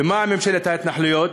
ומה עם ממשלת ההתנחלויות?